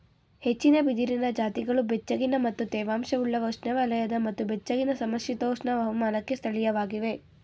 ಹೆಚ್ಚಿನ ಬಿದಿರಿನ ಜಾತಿಗಳು ಬೆಚ್ಚಗಿನ ಮತ್ತು ತೇವಾಂಶವುಳ್ಳ ಉಷ್ಣವಲಯದ ಮತ್ತು ಬೆಚ್ಚಗಿನ ಸಮಶೀತೋಷ್ಣ ಹವಾಮಾನಕ್ಕೆ ಸ್ಥಳೀಯವಾಗಿವೆ